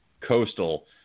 coastal